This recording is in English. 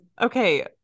Okay